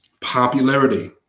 Popularity